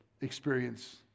experience